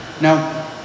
Now